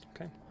Okay